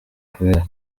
kubera